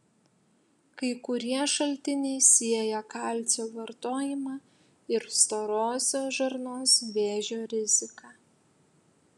kai kurie šaltiniai sieja kalcio vartojimą ir storosios žarnos vėžio riziką